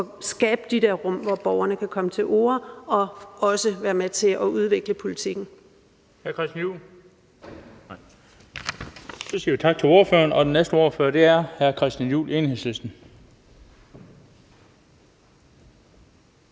skabe de der rum, hvor borgerne kan komme til orde og også være med til at udvikle politikken.